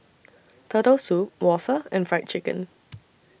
Turtle Soup Waffle and Fried Chicken